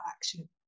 action